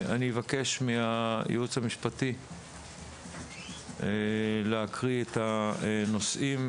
אני אבקש מהייעוץ המשפטי להקריא את הנושאים,